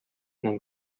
ning